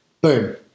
Boom